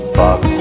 box